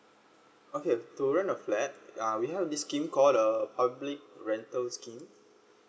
okay to rent a flat uh we have this scheme called uh public rental scheme